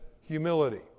humility